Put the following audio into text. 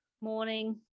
Morning